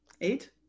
Eight